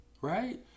right